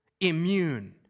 immune